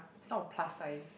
it's not a plus sign